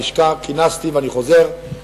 ואני חוזר,